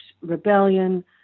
rebellion